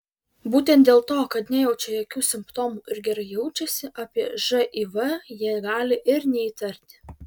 būtent dėl to kad nejaučia jokių simptomų ir gerai jaučiasi apie živ jie gali ir neįtarti